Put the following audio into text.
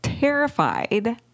terrified